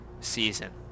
season